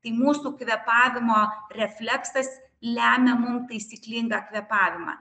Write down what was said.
kai mūsų kvėpavimo refleksas lemia mum taisyklingą kvėpavimą